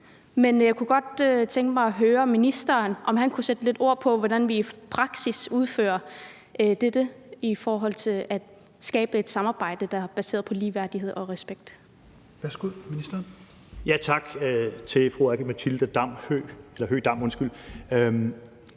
Men jeg kunne godt tænke mig at høre ministeren, om han kunne sætte lidt ord på, hvordan vi i praksis udfører dette i forhold til at skabe et samarbejde, der er baseret på ligeværdighed og respekt. Kl. 20:39 Fjerde næstformand (Rasmus Helveg